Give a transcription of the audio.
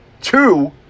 Two